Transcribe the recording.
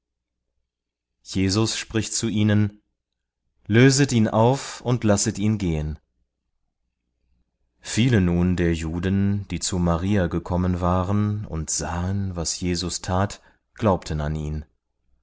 jesus spricht zu ihnen löset ihn auf und lasset ihn gehen viele nun der juden die zu maria gekommen waren und sahen was jesus tat glaubten an ihn